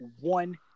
one